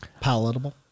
Palatable